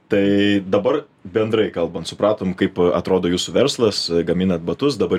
tai dabar bendrai kalbant supratom kaip atrodo jūsų verslas gaminat batus dabar